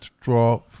draw